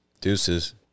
deuces